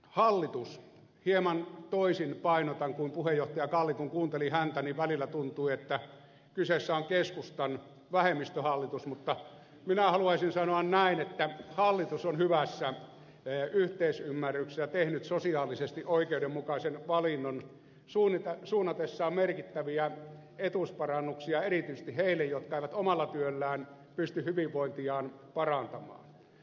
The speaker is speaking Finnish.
hallitus hieman toisin painotan kuin puheenjohtaja kalli kun kuunteli häntä niin välillä tuntui että kyseessä on keskustan vähemmistöhallitus mutta minä haluaisin sanoa näin että hallitus on hyvässä yhteisymmärryksessä tehnyt sosiaalisesti oikeudenmukaisen valinnan suunnatessaan merkittäviä etuusparannuksia erityisesti niille jotka eivät omalla työllään pysty hyvinvointiaan parantamaan